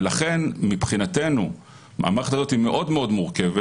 לכן, מבחינתנו המערכת הזאת מאוד מורכבת.